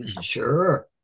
Sure